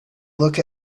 look